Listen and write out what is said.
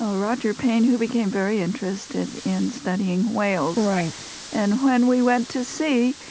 ah roger payne, who became very interested in studying whales, and when we went to sea,